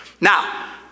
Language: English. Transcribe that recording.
Now